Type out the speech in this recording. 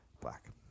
black